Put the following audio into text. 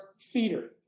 feeder